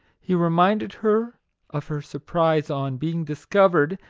he reminded her of her surprise on being discovered,